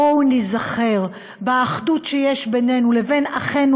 בואו ניזכר באחדות שיש בינינו לבין אחינו